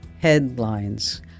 headlines